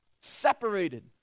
Separated